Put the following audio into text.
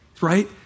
right